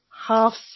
half